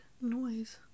noise